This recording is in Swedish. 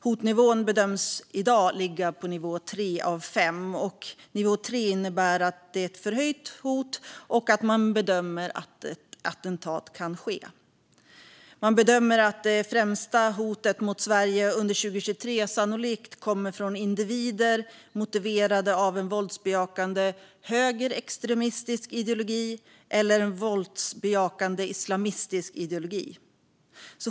Hotnivån bedöms i dag ligga på nivå 3 av 5. Nivå 3 innebär ett förhöjt hot och att man bedömer att ett attentat kan ske. Man bedömer att det främsta hotet mot Sverige under 2023 sannolikt kommer från individer motiverade av en våldsbejakande högerextremistisk ideologi eller en våldsbejakande islamistisk ideologi.